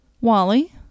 Wally